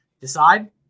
Decide